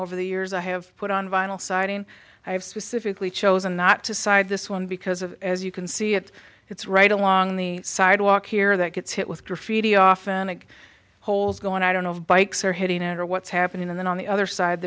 over the years i have put on vinyl siding i have specifically chosen not to side this one because of as you can see it it's right along the sidewalk here that gets hit with graffiti often the holes going i don't know of bikes or hitting or what's happening and then on the other side